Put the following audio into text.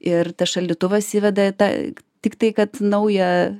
ir tas šaldytuvas įveda tą tiktai kad naują